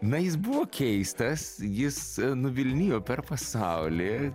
na jis buvo keistas jis nuvilnijo per pasaulį